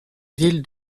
ville